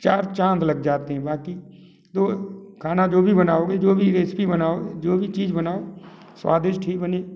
चार चाँद लग जाते हैं बाकी जो खाना जो भी बनाओ जो भी रेसिपी बनाओ जो भी चीज़ बनाओ स्वादिष्ट ही बनी